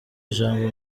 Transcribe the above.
ijambo